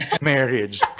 marriage